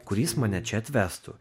kuris mane čia atvestų